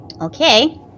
okay